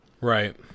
right